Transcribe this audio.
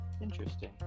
Interesting